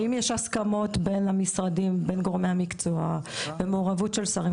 באם יש הסכמות בין גורמי המקצוע ומעורבות של שרים.